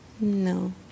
No